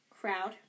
crowd